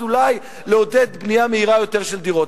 אולי לעודד בנייה מהירה יותר של דירות,